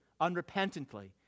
unrepentantly